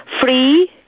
free